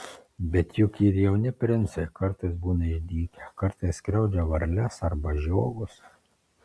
bet juk ir jauni princai kartais būna išdykę kartais skriaudžia varles arba žiogus